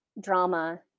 drama